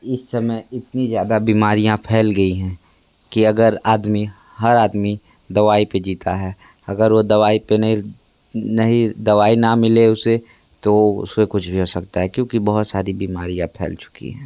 इस समय इतनी ज़्यादा बीमारियाँ फैल गईं हैं कि अगर आदमी हर आदमी दवाई पे जीता है अगर वो दवाई पे नहीं नहीं दवाई ना मिले उसे तो उसका कुछ भी हो सकता है क्योंकि बोहत सारी बीमारियाँ फैल चुकी हैं